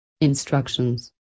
Instructions